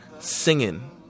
Singing